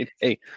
hey